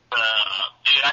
Dude